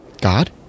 God